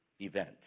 event